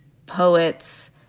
poets,